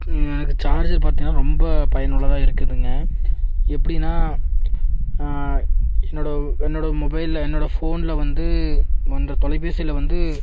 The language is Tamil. எனக்கு சார்ஜர் பார்த்தீங்கன்னா ரொம்ப பயனுள்ளதா இருக்குதுங்க எப்படின்னா என்னோடய என்னோடய மொபைலில் என்னோடய ஃபோனில் வந்து என்னோடய தொலைபேசியில் வந்து